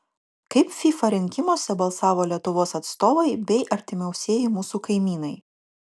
kaip fifa rinkimuose balsavo lietuvos atstovai bei artimiausieji mūsų kaimynai